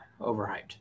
overhyped